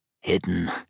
Hidden